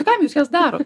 kam jūs jas darot